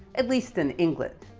at least in england.